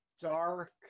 dark